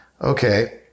okay